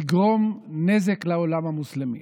תגרום נזק לעולם המוסלמי.